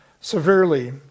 severely